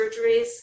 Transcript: surgeries